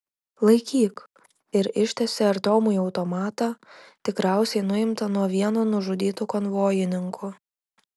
laikyk ir ištiesė artiomui automatą tikriausiai nuimtą nuo vieno nužudytų konvojininkų